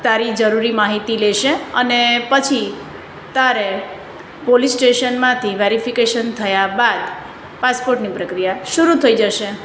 તારી જરૂરી માહિતી લેશે અને પછી તારે પોલીસ સ્ટેશનમાંથી વેરિફિકેશન થયા બાદ પાસપોર્ટની પ્રક્રિયા શરૂ થઈ જશે